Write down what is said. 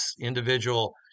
individual